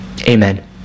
Amen